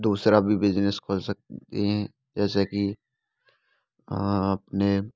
दूसरा भी बिजनेस खोल सकती हैं जैसे कि आपने